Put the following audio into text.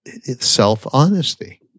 self-honesty